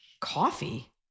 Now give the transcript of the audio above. coffee